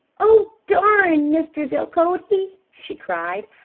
oh, darn mr. delcote! she cried.